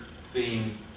theme